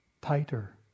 tighter